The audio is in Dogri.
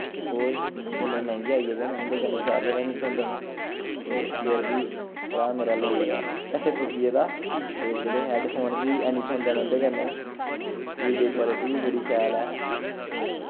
ओह् इन्ने मैंह्गे आई गेदे न उं'दे कन्नै चार्जर हैनी थ्होंदे न ते फिर बी भ्राऽ मेरा लेई गेदा पैहे फूकी गेदा ते जेह्ड़े हैड फोन बी ऐनी थ्होंदे हैन ओह्दे कन्नै ते वीडियो क्वालटी बी बड़ी शैल ऐ